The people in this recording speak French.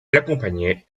l’accompagnait